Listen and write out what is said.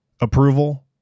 Approval